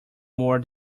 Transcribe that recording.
more